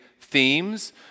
themes